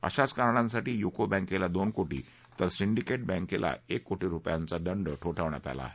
अशाच कारणांसाठी युको बँकेला दोन कोशीतर सिंडीकेश्वँकेला एक कोशी रुपयांचा दंड ठोठावण्यात आला आहे